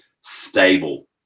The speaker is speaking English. stable